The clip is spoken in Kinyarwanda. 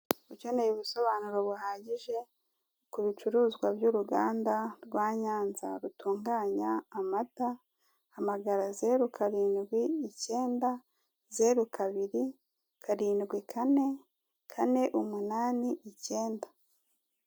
Ukeneye ubusobanuro buhagije ku bicuruzwa by'uruganda rwa Nyanza rutunganya amata, hamagara zeru karindwi ikenda, zeru kabiri karindwi kane, kane umunani ikenda.